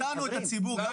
אותנו, את הציבור.